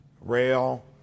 rail